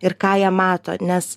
ir ką jie mato nes